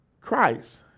Christ